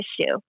issue